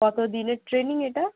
কতদিনের ট্রেনিং এটা